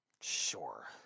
Sure